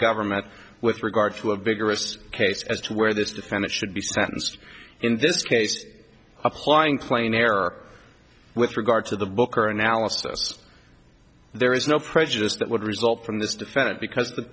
government with regard to a vigorous case as to where this defendant should be sentenced in this case applying plain error with regard to the book or analysis there is no prejudice that would result from this defendant because the